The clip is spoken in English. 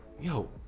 yo